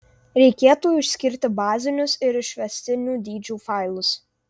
reikėtų išskirti bazinius ir išvestinių dydžių failus